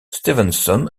stevenson